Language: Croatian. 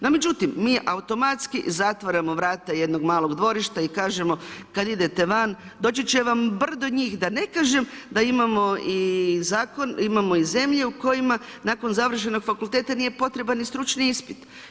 No, međutim, mi automatski zatvaramo vrata jednog malog dvorišta i kažemo, kada idete van, doći će vam brdo njih, da ne kažem, da imamo i zakon, imamo i zemlje u kojima, nakon završenog fakulteta nije potreban ni stručan ispit.